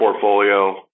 portfolio